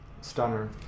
stunner